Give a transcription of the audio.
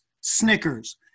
Snickers